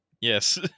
Yes